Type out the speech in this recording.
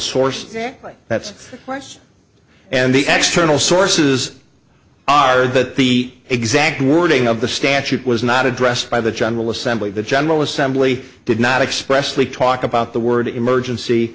source that's wise and the extra annele sources are that the exact wording of the statute was not addressed by the general assembly the general assembly did not express the talk about the word emergency